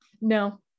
No